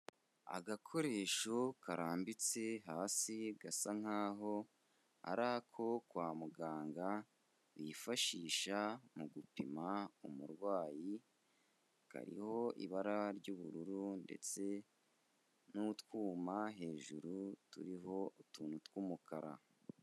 Agakoresho karambitse hasi gasa nk'aho ari ako kwa muganga, bifashisha mu gupima umurwayi, kariho ibara ry'ubururu ndetse n'utwuma hejuru turiho utuntu tw'umukara.